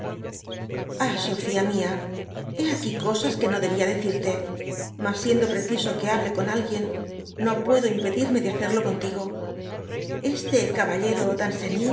sofía mk hé aquí cosas que no debía decirte roas sieiib preciso que hable con alguien puedo iipedirme de hacerlo contigo te cabaúero